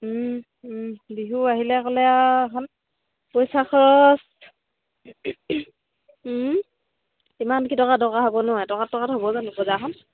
বিহু আহিলে ক'লে আৰু এখন পইচা খৰচ কিমান কি টকা টকা হ'ব নহয় এটকাত টকাত হ'ব জানো বজাৰখন